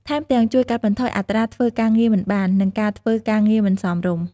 ថែមទាំង ជួយកាត់បន្ថយអត្រាធ្វើការងារមិនបាន និងការធ្វើការងារមិនសមរម្យ។